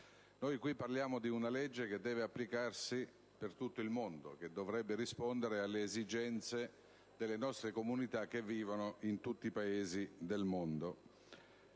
Noi invece parliamo di una legge che dovrà trovare applicazione in tutto il mondo e che dovrebbe rispondere alle esigenze delle nostre comunità che vivono in tutti i Paesi del mondo.